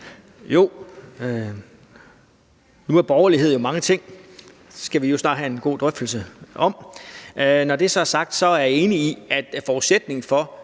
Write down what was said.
Jo. Nu er borgerlighed jo mange ting. Det skal vi jo snart have en god drøftelse om. Når det så er sagt, er jeg enig i, at forudsætningen for,